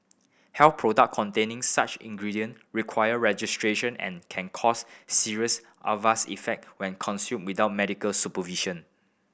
health product containing such ingredient require registration and can cause serious adverse effect when consumed without medical supervision